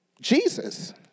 Jesus